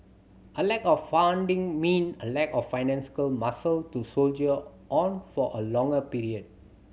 a lack of funding meant a lack of financial muscle to soldier on for a longer period